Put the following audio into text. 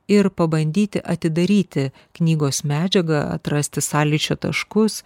ir pabandyti atidaryti knygos medžiagą atrasti sąlyčio taškus